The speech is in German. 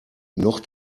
noch